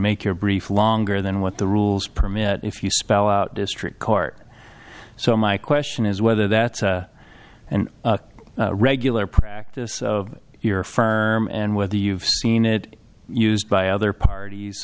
make your brief longer than what the rules permit if you spell out district court so my question is whether that's an regular practice of your firm and whether you've seen it used by other parties